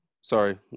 Sorry